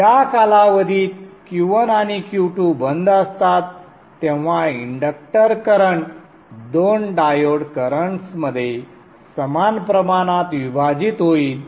ज्या कालावधीत Q1आणि Q2 बंद असतात तेव्हा इंडक्टर करंट दोन डायोड करंट्समध्ये समान प्रमाणात विभाजित होईल